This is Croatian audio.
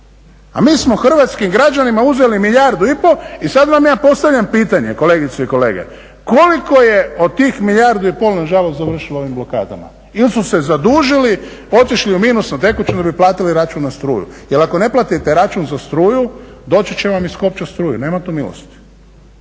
A mi smo hrvatskim građanima uzeli milijardu i pol i sad vam ja postavljam pitanje, kolegice i kolege, koliko je od tih milijardu i pol nažalost završilo u ovim blokadama? Ili su se zadužili, otišli u minus na tekućem ili platili račun za struju. Jer ako ne platite račun za struju, doći će vam iskopčati struju, nema tu milosti.